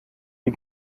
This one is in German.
die